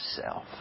self